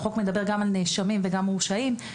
החוק מדבר גם על נאשמים וגם על מורשעים.